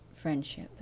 friendship